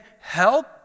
help